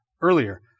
earlier